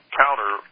counter